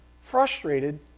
frustrated